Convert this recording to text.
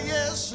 Yes